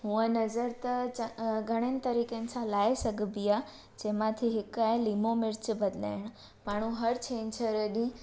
हूअं नज़र त च अ घणनि तरीकनि सां लाहे सघबी आहे जंहिं मां थी हिक आहे लिमो मिर्च ॿधाइण माण्हू हर छंछरु ॾींहुं